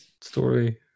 Story